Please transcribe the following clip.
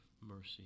mercy